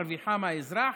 מרוויחה מהאזרח,